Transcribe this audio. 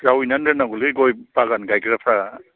जाववैनानै दोननांगौलै गय बागान गायग्राफ्रा